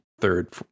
third